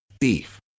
thief